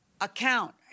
account